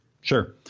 Sure